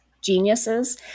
geniuses